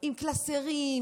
עם קלסרים,